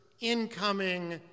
incoming